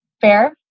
Fair